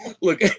look